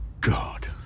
god